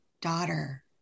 daughter